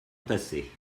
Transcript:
entassés